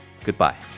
goodbye